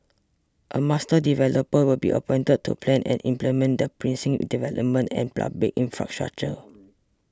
a master developer will be appointed to plan and implement the precinct's developments and public infrastructure